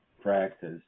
practice